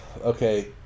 Okay